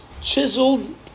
chiseled